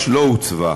לא הוצבה.